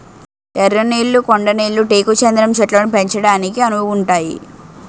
ఎర్ర నేళ్లు కొండ నేళ్లు టేకు చందనం చెట్లను పెంచడానికి అనువుగుంతాయి